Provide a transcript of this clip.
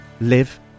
live